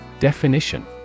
Definition